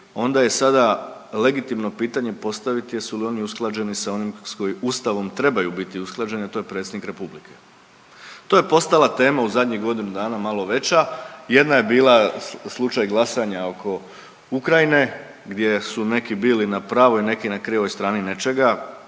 onda je sada legitimno pitanje postaviti jesu li oni usklađeni sa onim s … Ustavom trebaju biti usklađene, to je predsjednik Republike. To je postala tema u zadnjih godinu dana malo veća, jedna je bila slučaj glasanja oko Ukrajine gdje su neki bili na pravoj, neki na krivoj strani nečega.